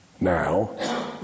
now